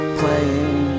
playing